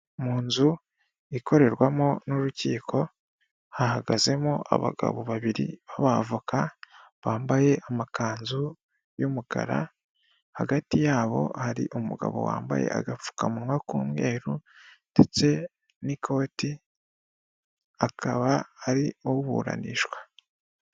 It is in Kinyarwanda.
Mu nzu ikorerwamo n'urukiko hahagazemo abagabo babiri b'abavoka bambaye amakanzu y'umukara hagati yabo hari umugabo wambaye agapfukamunwa k'umweru ndetse n'ikoti akaba ari uburanishwa.